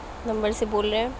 number سے بول رہے ہیں